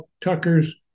Tucker's